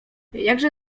jakże